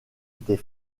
était